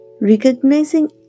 recognizing